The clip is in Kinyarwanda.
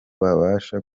babasha